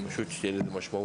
זה חשוב שתהיה לזה משמעות.